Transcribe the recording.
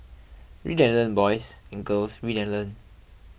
read and learn boys and girls read and learn